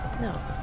No